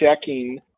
checking